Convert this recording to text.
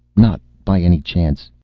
not, by any chance?